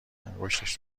انگشتش